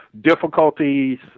difficulties